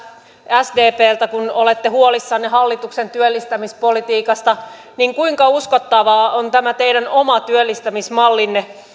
sdpltä kun olette huolissanne hallituksen työllistämispolitiikasta että kuinka uskottava on tämä teidän oma työllistämismallinne